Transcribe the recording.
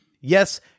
Yes